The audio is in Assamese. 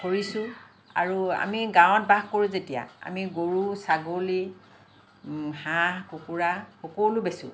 কৰিছোঁ আৰু আমি গাঁৱত বাস কৰোঁ যেতিয়া আমি গৰু ছাগলী হাঁহ কুকুৰা সকলো বেচোঁ